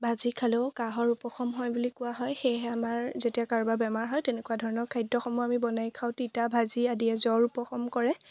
ভাজি খালেও কাহৰ উপশম হয় বুলি কোৱা হয় সেয়েহে আমাৰ যেতিয়া কাৰোবাৰ বেমাৰ হয় তেনেকুৱা ধৰণৰ খাদ্যসমূহ আমি বনাই খাওঁ তিতা ভাজি আদিয়ে জ্বৰ উপশম কৰে